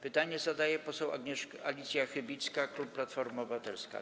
Pytanie zadaje poseł Alicja Chybicka, klub Platforma Obywatelska.